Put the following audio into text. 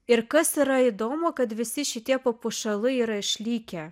ir kas yra įdomu kad visi šitie papuošalai yra išlikę